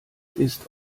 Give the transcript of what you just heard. ist